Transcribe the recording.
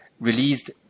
released